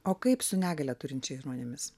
o kaip su negalią turinčiais žmonėmis